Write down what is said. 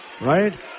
Right